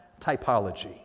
typology